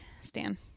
stan